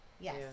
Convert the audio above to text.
yes